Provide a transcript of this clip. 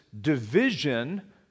division